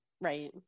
Right